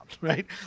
right